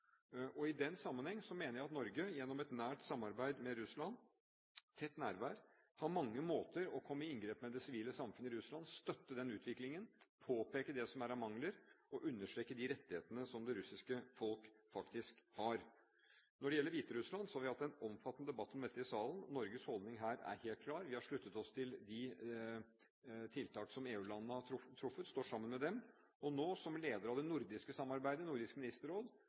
I den sammenheng mener jeg at Norge gjennom et nært samarbeid med Russland, et tett nærvær, har mange måter å komme i inngrep med det sivile samfunn i Russland på, støtte den utviklingen, påpeke det som er av mangler, og understreke de rettighetene som det russiske folk faktisk har. Når det gjelder Hviterussland, har vi hatt en omfattende debatt om dette i salen. Norges holdning her er helt klar. Vi har sluttet oss til de tiltak som EU-landene har truffet, og står sammen med dem. Og nå, som leder av det nordiske samarbeidet i Nordisk Ministerråd,